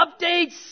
updates